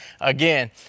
again